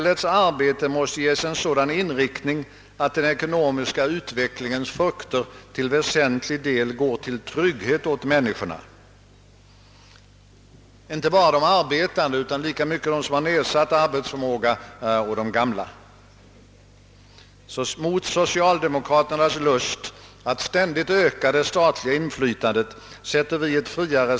Att plocka ut en mening i en daglig tidning och på grundval av denna och trots alla dementier i motioner och uttalanden från auktoritativt håll säga att »de vill ha en bank på tolv månader», är faktiskt, herr talman, en metod som vi varit 1 huvudsak fria från här i landet sedan rätt länge.